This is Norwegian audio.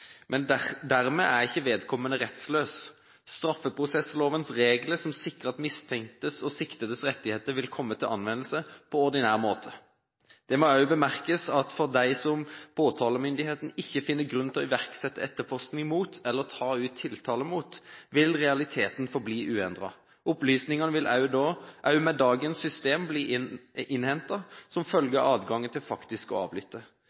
Men dermed er ikke vedkommende rettsløs. Straffeprosesslovens regler som sikrer mistenktes og siktedes rettigheter, vil komme til anvendelse på ordinær måte. Det må også bemerkes at for de som påtalemyndighetene ikke finner grunn til å iverksette etterforsking mot, eller ta ut tiltale mot, vil realiteten forbli uendret. Opplysningene vil også med dagens system bli innhentet som følge av adgangen til å avlytte.